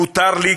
מותר לי,